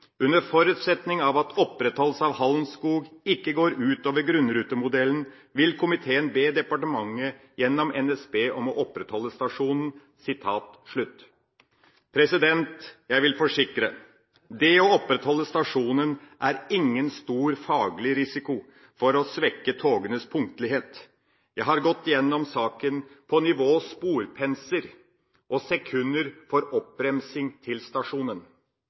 forutsetning av at opprettholdelse av Hallenskog ikke går ut over grunnrutemodellen, vil komiteen be departementet gjennom NSB om å opprettholde Hallenskog stasjon.» Jeg vil forsikre, punkt 1: Det å opprettholde stasjonen er ikke en stor faglig risiko for å svekke togenes punktlighet. Jeg har gått igjennom saken på nivå sporpenser og sekunder for oppbremsing til stasjonen.